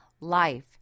life